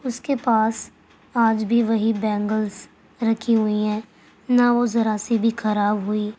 اس کے پاس آج بھی وہی بینگلس رکھی ہوئی ہیں نہ وہ ذرا سی بھی خراب ہوئی